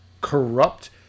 corrupt